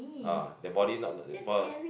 ah their body not the what ah